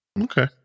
Okay